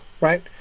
right